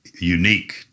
unique